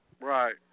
Right